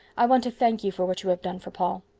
i want to thank you for what you have done for paul.